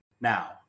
now